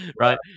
Right